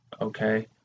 okay